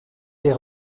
des